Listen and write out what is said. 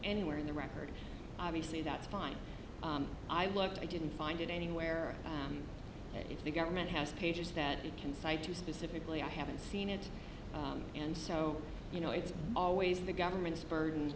anywhere in the record obviously that's fine i looked i didn't find it anywhere and if the government has pages that it can cite to specifically i haven't seen it and so you know it's always the government's burden